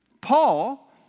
Paul